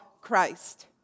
Christ